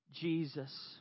Jesus